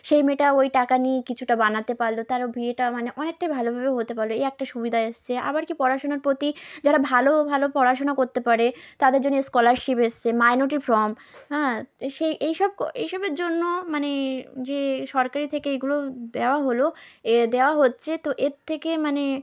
সেই মেয়েটা ওই টাকা নিয়ে কিছুটা বানাতে পারলো তারও বিয়েটা মানে অনেকটাই ভালোভাবে হতে পারলো এই একটা সুবিধা এসেছে আবার কি পড়াশুনার প্রতি যারা ভালো ভালো পড়াশোনা করতে পারে তাদের জন্য স্কলারশিপ এসেছে মাইনরিটি ফর্ম হ্যাঁ এ সেই এইসব এইসবের জন্য মানে যে সরকারি থেকে এগুলো দেওয়া হলো এ দেওয়া হচ্ছে তো এর থেকে মানে